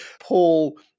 Paul